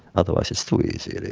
otherwise it's too easy, really,